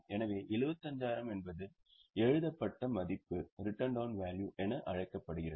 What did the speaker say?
எனவே 75000 என்பது எழுதப்பட்ட மதிப்பு என அழைக்கப்படுகிறது